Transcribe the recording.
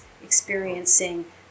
experiencing